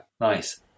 Nice